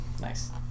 Nice